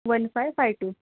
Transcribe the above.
one five five two